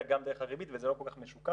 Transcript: אלא גם דרך הריבית וזה לא כל כך משוקף,